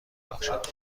بخشد